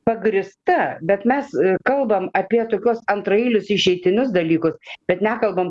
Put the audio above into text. pagrįsta bet mes kalbam apie tokius antraeilius išeitinius dalykus bet nekalbam